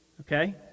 Okay